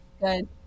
Good